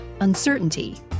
uncertainty